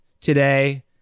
today